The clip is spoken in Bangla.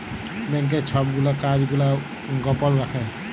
ব্যাংকের ছব গুলা কাজ গুলা গপল রাখ্যে